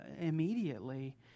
immediately